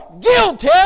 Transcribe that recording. guilty